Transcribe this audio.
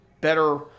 better